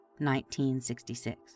1966